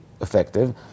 effective